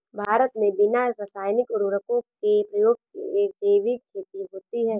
भारत मे बिना रासायनिक उर्वरको के प्रयोग के जैविक खेती होती है